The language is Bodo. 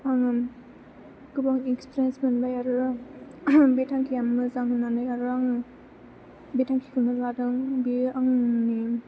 आङो गोबां एक्सपिरियेन्स मोनबाय आरो बे थांखिया मोजां होननानै आरो आङो बे थांखिखौनो लादों बियो आंनि